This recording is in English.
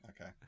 Okay